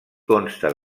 consta